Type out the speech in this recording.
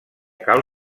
cal